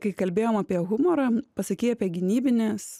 kai kalbėjom apie humorą pasakei apie gynybinis